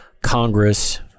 Congress